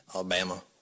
Alabama